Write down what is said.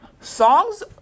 songs